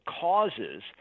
causes